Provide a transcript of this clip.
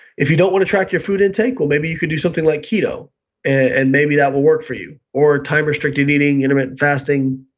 if you don't want to track your food intake, well maybe you can do something like keto and maybe that will work for you, or time-restricted eating, intermitted fasting,